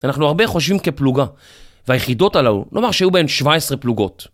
אנחנו הרבה חושבים כפלוגה והיחידות הללו, נאמר שהיו בהן 17 פלוגות.